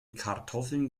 kartoffeln